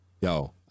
yo